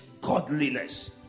godliness